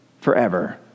Forever